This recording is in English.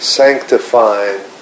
sanctifying